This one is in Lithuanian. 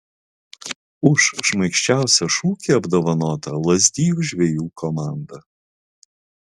už šmaikščiausią šūkį apdovanota lazdijų žvejų komanda